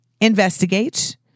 investigate